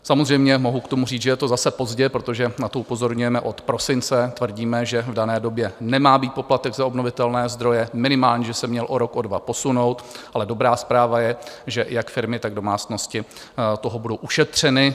Samozřejmě, mohu k tomu říct, že je to zase pozdě, protože na to upozorňujeme od prosince, tvrdíme, že v dané době nemá být poplatek za obnovitelné zdroje, minimálně že se měl o rok, o dva posunout, ale dobrá zpráva je, že jak firmy, tak domácnosti toho budou ušetřeny.